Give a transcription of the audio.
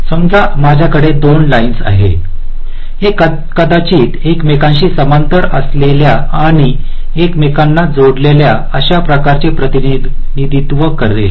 समजा माझ्याकडे दोन लाईन्स आहेत हे कदाचित एकमेकांशी समांतर असलेल्या आणि एकमेकांना जोडलेले आशा प्रकार चे प्रतिनिधित्व करेल